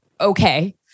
Okay